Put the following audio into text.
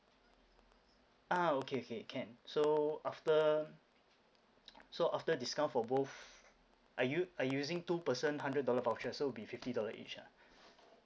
uh okay okay can so after so after discount for both I u~ I using two person hundred dollar voucher so will be fifty dollar each ah